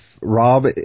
Rob